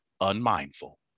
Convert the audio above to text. unmindful